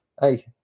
hey